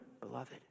beloved